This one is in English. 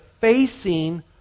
facing